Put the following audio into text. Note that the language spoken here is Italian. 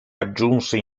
aggiunse